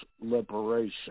liberation